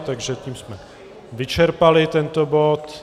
Takže tím jsme vyčerpali tento bod.